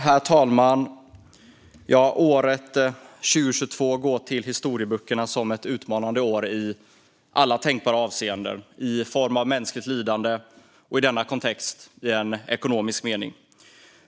Herr talman! Året 2022 går till historieböckerna som ett utmanande år i alla tänkbara avseenden - i form av mänskligt lidande och, i denna kontext, i en ekonomisk mening.